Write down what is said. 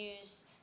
use